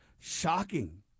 shocking